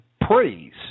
praise